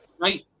Right